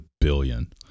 Billion